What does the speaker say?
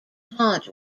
haunt